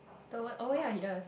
the what oh ya he does